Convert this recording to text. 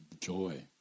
joy